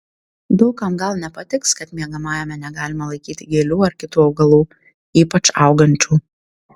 daug kam gal nepatiks kad miegamajame negalima laikyti gėlių ar kitų augalų ypač augančių